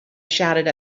shouted